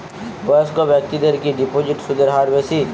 বয়স্ক ব্যেক্তিদের কি ডিপোজিটে সুদের হার বেশি?